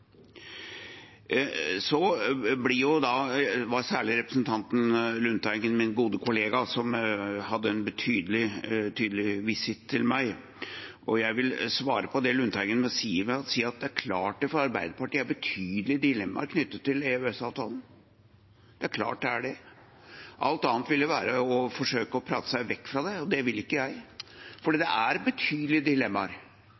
var det særlig representanten Lundteigen, min gode kollega, som hadde en tydelig visitt til meg. Jeg vil svare på det Lundteigen sier, med å si at det er klart det for Arbeiderpartiet er betydelige dilemmaer knyttet til EØS-avtalen. Det er klart det er det – alt annet ville være å forsøke å prate seg vekk fra det. Det vil ikke jeg,